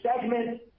segment